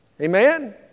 Amen